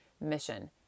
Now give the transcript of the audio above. mission